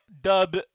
dub